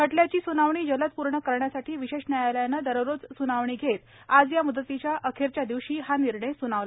खटल्याची सुनावणी जलद पूर्ण करण्यासाठी विशेष न्यायालयानं दररोज स्नावणी घेत आज या म्दतीच्या अखेरच्या दिवशी हा निर्णय सुनावला